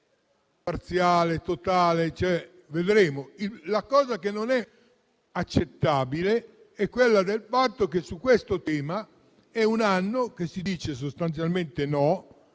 La cosa che non è accettabile è che su questo tema è un anno che si dica sostanzialmente no.